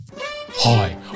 Hi